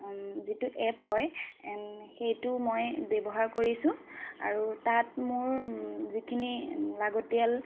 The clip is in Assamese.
যিটো এপ হয় এন সেইটো মই ব্যৱহাৰ কৰিছোঁ আৰু তাত মোৰ যিখিনি লাগতিয়াল